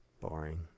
Boring